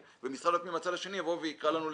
ואילו משרד פנים מן הצד השני יקרא לנו לשימוע.